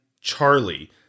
Charlie